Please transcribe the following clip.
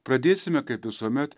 pradėsime kaip visuomet